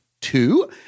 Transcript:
two